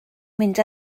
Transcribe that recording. mynd